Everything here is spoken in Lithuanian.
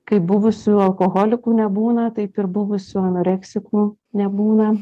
kaip buvusių alkoholikų nebūna taip ir buvusių anoreksikų nebūna